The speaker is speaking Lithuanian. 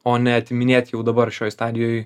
o ne atiminėt jau dabar šioj stadijoj